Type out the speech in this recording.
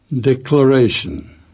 Declaration